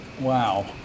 wow